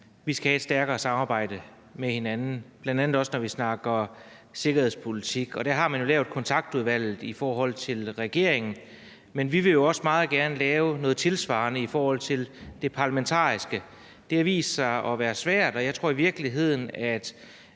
vi skal have et stærkere samarbejde med hinanden, bl.a. også når vi snakker om sikkerhedspolitik. Der har man jo på regeringsplan lavet kontaktudvalget, men vi vil jo også meget gerne lave noget tilsvarende på parlamentarisk plan. Det har vist sig at være svært, og jeg tror i virkeligheden, at